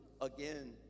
again